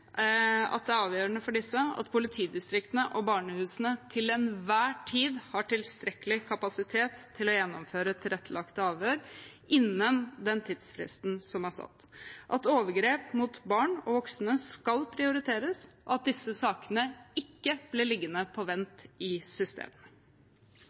politidistriktene og barnehusene til enhver tid har tilstrekkelig kapasitet til å gjennomføre tilrettelagte avhør, innen den tidsfristen som er satt, samt at overgrep mot barn og voksne skal prioriteres, og at disse sakene ikke blir liggende på